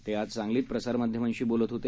तेआजसांगलीतप्रसारमाध्यमांशीबोलतहोते